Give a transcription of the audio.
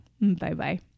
Bye-bye